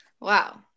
Wow